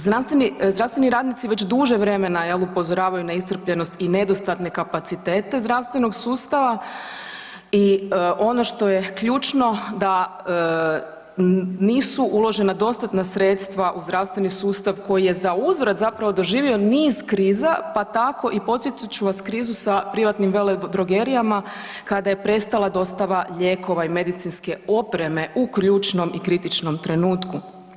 Zdravstveni radnici već duže vremena jel upozoravaju na iscrpljenost i nedostatne kapacitete zdravstvenog sustava i ono što je ključno da nisu uložena dostatna sredstva u zdravstveni sustav koji je za uzvrat zapravo doživio niz kriza pa tako i podsjetit ću vas krizu sa privatnim veledrogerijama kada je prestala dostava lijekova i medicinske opreme u ključnom i kritičnom trenutku.